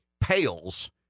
pales